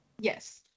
Yes